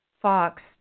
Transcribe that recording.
Fox